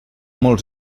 molts